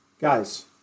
Guys